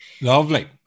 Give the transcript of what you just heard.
Lovely